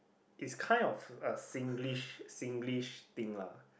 it's kind of a Singlish Singlish thing lah